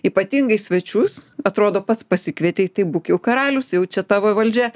ypatingai svečius atrodo pats pasikvietei tai būk jau karalius jau čia tavo valdžia